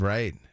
Right